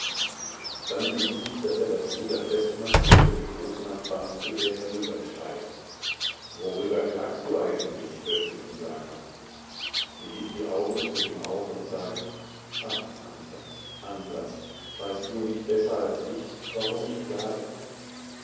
dann sieht sie daß er das ruder festmacht und über die großmastbank zu ihr herübersteigt worüber klagst du eigentlich hört sie ihn sagen sie hebt die augen zu ihm auf und sagt ach ansas ansas weißt du nicht besser als ich warum ich klage